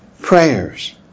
prayers